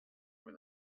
were